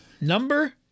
number